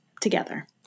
together